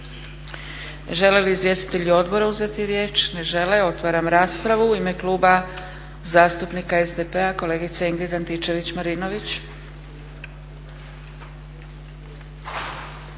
Žele li izvjestitelji odbora uzeti riječ? Ne žele. Otvaram raspravu. U ime Kluba zastupnika SDP-a kolegica Ingrid Antičević-Marinović.